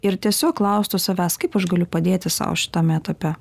ir tiesiog klaustų savęs kaip aš galiu padėti sau šitame etape